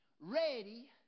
ready